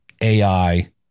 AI